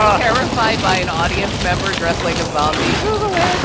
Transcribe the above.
um terrified by an audience member dressed like a zombie. google it